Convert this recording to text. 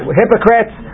hypocrites